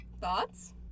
Thoughts